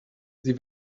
sie